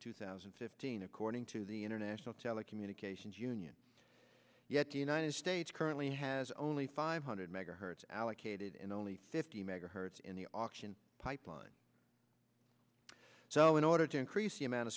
two thousand and fifteen according to the international telecommunications union yet the united currently has only five hundred megahertz allocated and only fifty megahertz in the auction pipeline so in order to increase the amount of